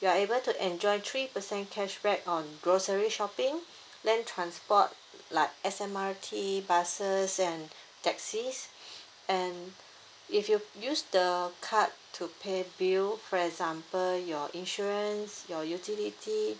you are able to enjoy three percent cashback on grocery shopping land transport like S_M_R_T buses and taxis and if you use the card to pay bill for example your insurance your utility